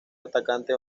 atacante